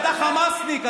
אתה חמאסניק,